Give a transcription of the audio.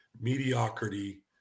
mediocrity